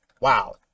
wow